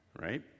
right